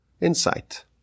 insight